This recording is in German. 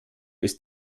ist